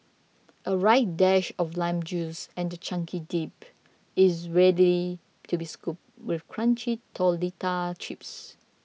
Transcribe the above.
a right dash of lime juice and your chunky dip is ready to be scooped with crunchy tortilla chips